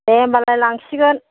दे होनबालाय लांसिगोन